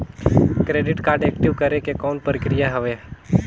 Credit card active करे के कौन प्रक्रिया हवे?